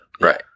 Right